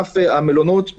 בענף המלונאות,